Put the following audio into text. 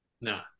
No